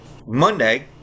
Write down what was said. Monday